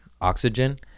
oxygen